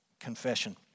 confession